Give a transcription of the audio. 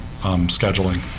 scheduling